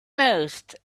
most